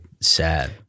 sad